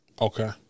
Okay